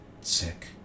sick